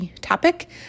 topic